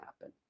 happen